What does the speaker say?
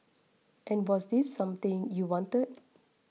and was this something you wanted